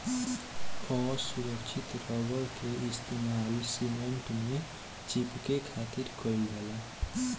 असुरक्षित रबड़ के इस्तेमाल सीमेंट में चिपके खातिर कईल जाला